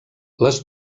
les